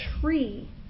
tree